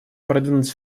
продвинуть